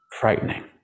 Frightening